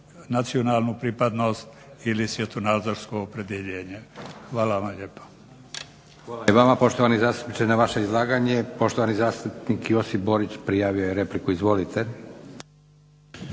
nacionalnu pripadnost ili svjetonazorsko opredjeljenje. Hvala vam lijepa. **Leko, Josip (SDP)** Hvala i vama poštovani zastupniče. Na vaše izlaganje poštovani zastupnik Josip Borić prijavio je repliku. Izvolite.